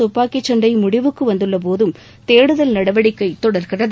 துப்பாக்கி சண்டை முடிவுக்கு வந்துள்ளபோதும் தேடுதல் நடவடிக்கை தொடர்கிறது